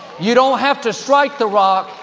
you don't have to strike the rock,